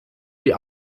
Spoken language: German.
die